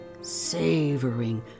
savoring